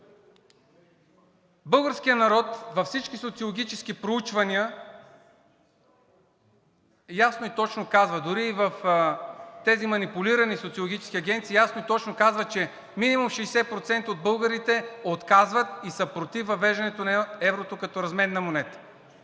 Българският народ във всички социологически проучвания, дори и в тези манипулирани социологически агенции, ясно и точно казва, че минимум 60% от българите отказват и са против въвеждането на еврото като разменна монета.